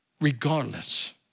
regardless